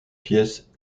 pièces